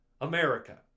America